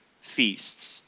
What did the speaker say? feasts